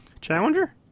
Challenger